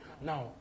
Now